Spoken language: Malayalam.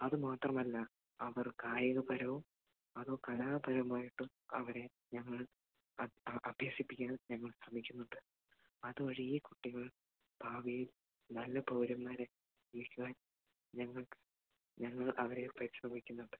അത് മാത്രമല്ല അവർ കായികപരവും അതോ കലാപരമായിട്ട് അവരെ ഞങ്ങൾ അഭ്യസിപ്പിക്കാൻ ഞങ്ങൾ ശ്രമിക്കുന്നുണ്ട് അത് വഴി ഈ കുട്ടികൾ ഭാവിയിൽ നല്ല പൗരന്മാരെ ജീവിക്കുവാൻ ഞങ്ങൾ ഞങ്ങൾ അവരെ പരിശ്രമിക്കുന്നുണ്ട്